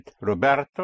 Roberto